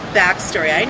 backstory